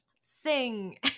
sing